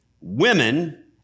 women